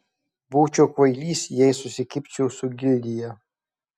būčiau kvailys jei susikibčiau su gildija